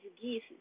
geese